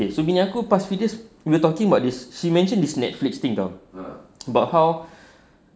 okay so bini aku past few days we're talking about this she mentioned this Netflix thing [tau] about how